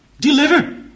deliver